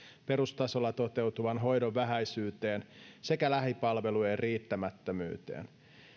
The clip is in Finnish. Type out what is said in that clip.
perustasolla toteutuvan hoidon vähäisyyteen sekä lähipalvelujen riittämättömyyteen